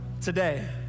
Today